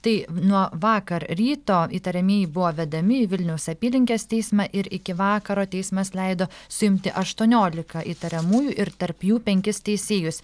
tai nuo vakar ryto įtariamieji buvo vedami į vilniaus apylinkės teismą ir iki vakaro teismas leido suimti aštuoniolika įtariamųjų ir tarp jų penkis teisėjus